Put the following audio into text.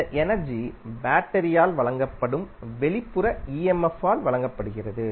இந்த எனர்ஜி பேட்டரியால் வழங்கப்படும் வெளிப்புற இஎம்எஃப் ஆல் வழங்கப்படுகிறது